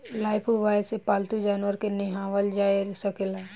Lifebuoy से पाल्तू जानवर के नेहावल जा सकेला